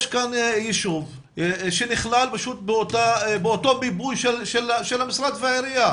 יש כאן יישוב שנכלל באותו מיפוי של המשרד והעירייה.